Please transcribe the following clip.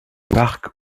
parc